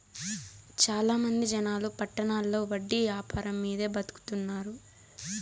చాలా మంది జనాలు పట్టణాల్లో వడ్డీ యాపారం మీదే బతుకుతున్నారు